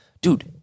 dude